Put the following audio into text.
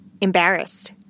embarrassed